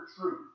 truth